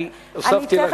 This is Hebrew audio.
כי אני כבר הוספתי לך מעל,